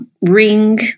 ring